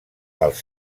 els